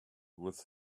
with